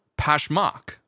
Pashmak